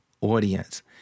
audience